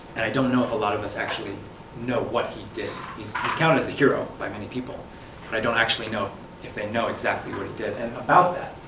and i don't know if a lot of us actually know what he did. he is counted as a hero by many people, but i don't know if they know exactly what he did. and about that,